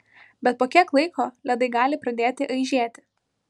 bet po kiek laiko ledai gali pradėti aižėti